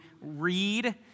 read